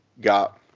got